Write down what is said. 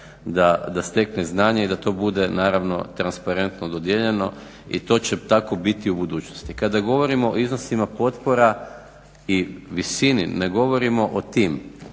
da stekne znanje i da to bude naravno transparentno dodijeljeno i to će tako biti i u budućnosti. Kada govorimo o iznosima potpora i visini ne govorimo o tim